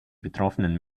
betroffenen